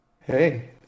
Hey